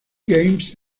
games